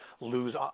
lose